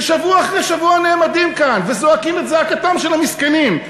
ששבוע אחרי שבוע נעמדים כאן וזועקים את זעקתם של המסכנים,